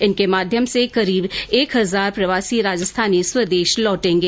इनके माध्यम से करीब एक हजार प्रवासी राजस्थानी स्वदेश लौटेंगे